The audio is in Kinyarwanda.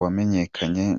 wamenyekanye